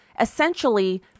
essentially